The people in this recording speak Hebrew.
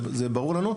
זה ברור לנו,